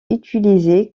utilisé